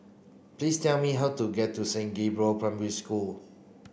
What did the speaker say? please tell me how to get to Saint Gabriel Primary School